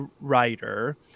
writer